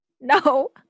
No